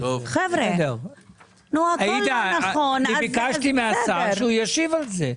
אני ביקשתי מהשר שישיב על זה.